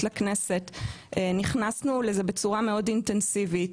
לכנסת נכנסנו לזה בצורה מאוד אינטנסיבית,